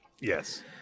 Yes